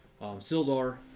Sildar